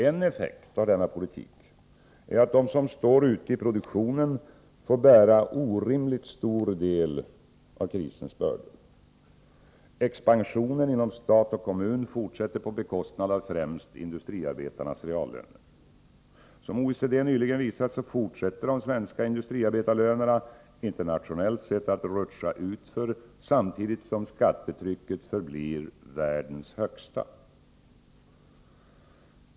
En effekt av denna politik är att de som står ute i produktionen får bära orimligt stor del av krisens bördor. Expansionen inom stat och kommun fortsätter på bekostnad av främst industriarbetarnas reallöner. Som OECD nyligen visat fortsätter de svenska industriarbetarlönerna, internationellt sett, att rutscha utför, samtidigt som skattetrycket förblir världens högsta.